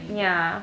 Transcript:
ya